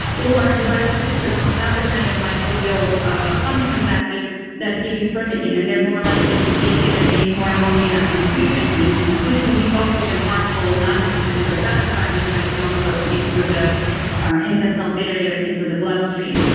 or you actually don't have the kind of microbial ah functions active that give you spermidine. and they're more likely to take it and make more ammonia and putrescine which can be toxic and harmful, not even just for the gut environment, but it can also leak through the intestinal barrier into the bloodstream.